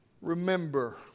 remember